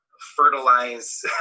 fertilize